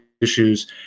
issues